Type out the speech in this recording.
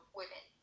women